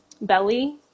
belly